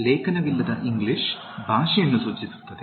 ಲೇಖನವಿಲ್ಲದ English ಭಾಷೆಯನ್ನು ಸೂಚಿಸುತ್ತದೆ